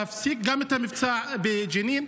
להפסיק גם את המבצע בג'נין,